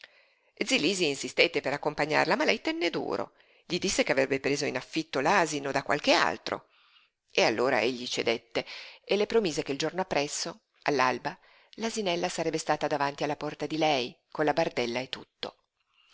lisi insistette per accompagnarla ma lei tenne duro gli disse che avrebbe preso in affitto l'asino da qualche altro e allora egli cedette e le promise che il giorno appresso all'alba l'asinella sarebbe stata davanti alla porta di lei con la bardella e tutto